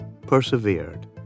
persevered